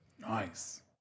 Nice